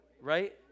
Right